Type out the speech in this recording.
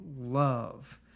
love